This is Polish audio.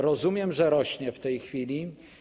Rozumiem, że ona rośnie w tej chwili.